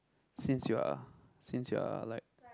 since you are a since you are a like